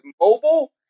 mobile